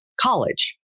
college